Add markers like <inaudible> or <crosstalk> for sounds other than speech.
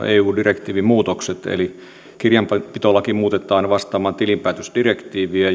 <unintelligible> eu direktiivin muutokset eli kirjanpitolaki muutetaan vastaamaan tilinpäätösdirektiiviä <unintelligible>